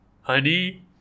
Honey